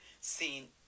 seen